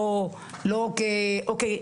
לא כאוקיי,